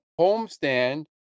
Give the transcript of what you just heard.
homestand